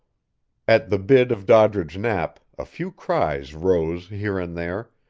at the bid of doddridge knapp a few cries rose here and there,